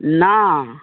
না